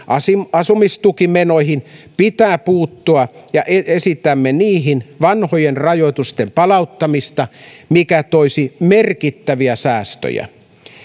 asumistukimenoihin pitää puuttua ja esitämme niihin vanhojen rajoitusten palauttamista mikä toisi merkittäviä säästöjä